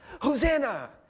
Hosanna